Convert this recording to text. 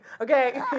Okay